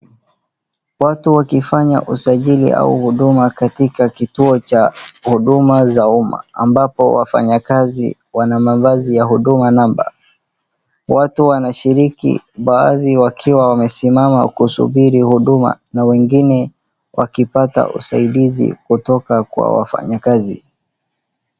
Watu wakifanya usajili au huduma katika kituo cha huduma za umma ambapo wafanyakazi wana mavazi ya Huduma Number. Watu wanashiriki baadhi wakiwa wamesimama kusubiri huduma na wengine wakipata usaidizi kutoka kwa wafanyakazi.